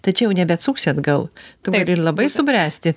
tai čia jau nebeatsuksi atgal tu gali ir labai subręsti